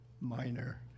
minor